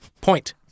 point